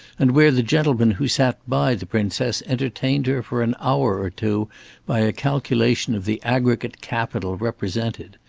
and where the gentlemen who sat by the princess entertained her for an hour or two by a calculation of the aggregate capital represented.